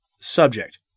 Subject